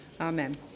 amen